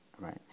right